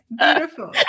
Beautiful